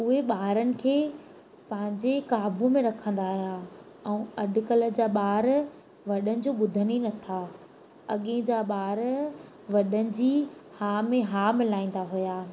उहे ॿारनि खे पंहिंजे काबू में रखंदा हुआ ऐं अॼुकल्ह जा ॿार वॾनि जो ॿुधनि ई नथा अॻिए जा ॿार वॾनि जी हा में हा मिलाईंदा हुआ